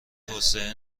توسعه